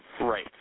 Right